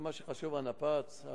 זה מה שחשוב, הנפץ?